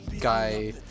guy